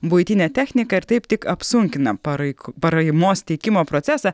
buitinę techniką ir taip tik apsunkina paraik paraimos teikimo procesą